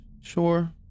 Sure